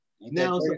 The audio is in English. Now